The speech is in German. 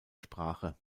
sprache